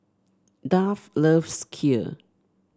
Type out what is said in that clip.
Duff loves Kheer